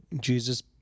Jesus